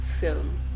film